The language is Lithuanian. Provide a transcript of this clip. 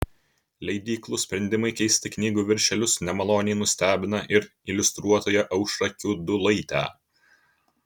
leidyklų sprendimai keisti knygų viršelius nemaloniai nustebina ir iliustruotoją aušrą kiudulaitę